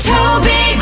Toby